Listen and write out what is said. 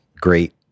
great